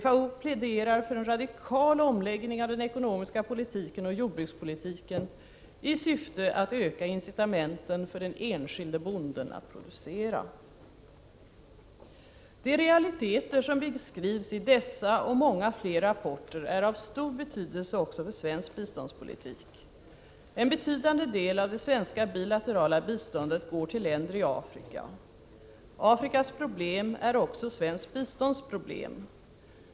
FAO pläderar för en radikal omläggning av den ekonomiska politiken och jordbrukspolitiken i syfte att öka incitamenten för den enskilde bonden att producera. De realiteter som beskrivs i dessa och många fler rapporter är av stor betydelse också för svensk biståndspolitik. En betydande del av det svenska bilaterala biståndet går till länder i Afrika. Afrikas problem är också svenskt bistånds problem.